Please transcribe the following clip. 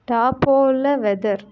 டாபோவில் weather